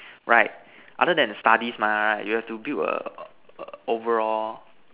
right other than studies mah you have to build a overall